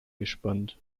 gespannt